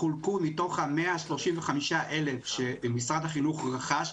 חולקו מתוך ה-135,000 שמשרד החינוך רכש,